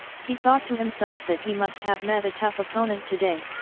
he thought to himself that he must have met a tough opponent today,